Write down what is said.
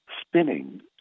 spinning